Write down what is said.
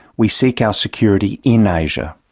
we seek our security in asia.